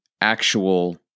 actual